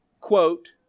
quote